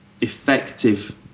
effective